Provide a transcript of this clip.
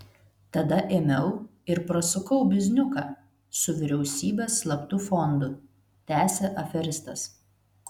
tada ėmiau ir prasukau bizniuką su vyriausybės slaptu fondu tęsė aferistas